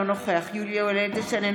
אינו נוכח יולי יואל אדלשטיין,